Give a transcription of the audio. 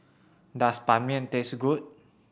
does Ban Mian taste good